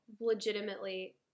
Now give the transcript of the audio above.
legitimately